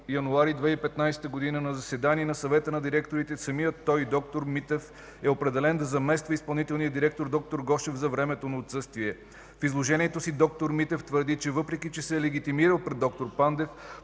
януари 2015 г. на заседание на Съвета на директорите самият той, д-р Митев, е определен да замества изпълнителния директор д-р Гошев за времето на отсъствие. В изложението си д-р Митев твърди, че въпреки че се е легитимирал пред д-р Пандев,